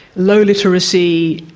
low literacy,